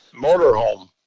motorhome